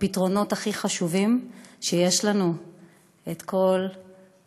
הפתרונות הכי חשובים הם שיש לנו את כל ירושלים,